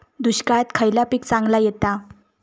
दुष्काळात खयला पीक चांगला येता?